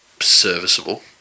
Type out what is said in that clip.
serviceable